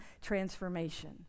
transformation